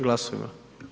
Glasujmo.